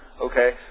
okay